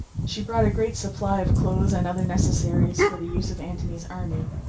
she brought a great supply of clothes and other necessaries for the use of antony's army,